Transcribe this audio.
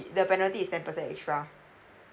the penalty is ten percent extra